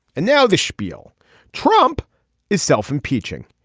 and now the spiel trump is self impeaching.